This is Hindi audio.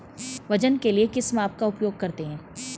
वजन के लिए किस माप का उपयोग करते हैं?